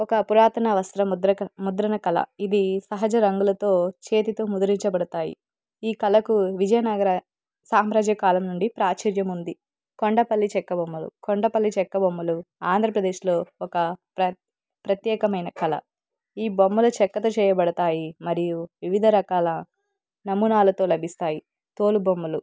ఒక పురాతన వస్త్ర ముద్ర ముద్రణ కళ ఇది సహజ రంగులతో చేతితో ముద్రించబడతాయి ఈ కళకు విజయనగర సామ్రాజ్య కాలం నుండి ప్రాచుర్యం ఉంది కొండపల్లి చెక్క బొమ్మలు కొండపల్లి చెక్క బొమ్మలు ఆంధ్రప్రదేశ్లో ఒక ప్ర ప్రత్యేకమైన కళ ఈ బొమ్మలు చెక్కతో చేయబడతాయి మరియు వివిధ రకాల నమూనాలతో లభిస్తాయి తోలుబొమ్మలు